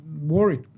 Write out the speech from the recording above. worried